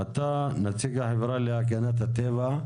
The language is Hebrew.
אתה נציג החברה להגנת הטבע,